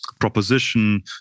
proposition